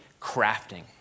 crafting